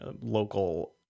local